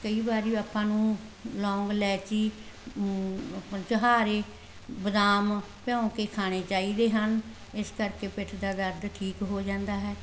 ਕਈ ਵਾਰੀ ਆਪਾਂ ਨੂੰ ਲੌਂਗ ਇਲਾਇਚੀ ਛੁਆਰੇ ਬਦਾਮ ਭਿਓਂ ਕੇ ਖਾਣੇ ਚਾਹੀਦੇ ਹਨ ਇਸ ਕਰਕੇ ਪਿੱਠ ਦਾ ਦਰਦ ਠੀਕ ਹੋ ਜਾਂਦਾ ਹੈ